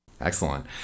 excellent